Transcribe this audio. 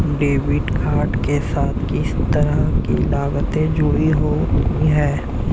Debit card के साथ किस तरह की लागतें जुड़ी हुई हैं?